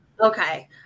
okay